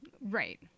Right